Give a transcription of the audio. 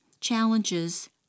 challenges